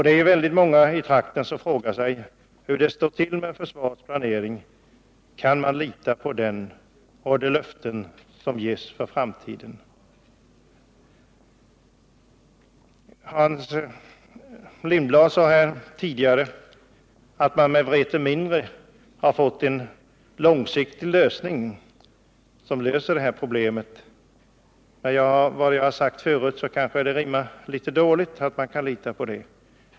Det är många i den berörda trakten som frågar sig hur det står till med försvarets planering och som undrar om man kan lita på den och de löften som ges för framtiden. Hans Lindblad sade tidigare under debatten att man med Vreten mindre har fått en långsiktig lösning på det aktuella problemet, men man kan mot bakgrunden av det som jag nyss pekat på knappast lita på detta.